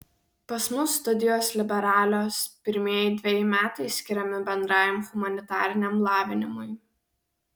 pas mus studijos liberalios pirmieji dveji metai skiriami bendrajam humanitariniam lavinimui